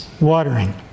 watering